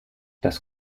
das